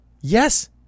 Yes